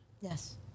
Yes